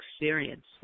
experience